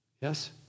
Yes